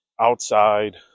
outside